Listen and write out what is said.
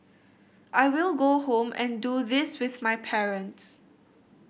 I will go home and do this with my parents